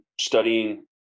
studying